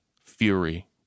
fury